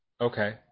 Okay